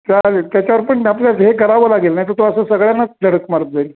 चालेल त्याच्यावर पण आपल्याला हे करावं लागेल ना तो तो असं सगळ्यांनाच धडक मारत जाईल